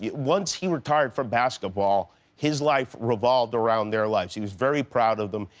yeah once he retired from basketball, his life revolved around their lives. he was very proud of them.